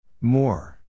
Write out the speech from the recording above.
More